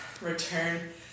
Return